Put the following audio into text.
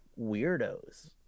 weirdos